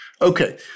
Okay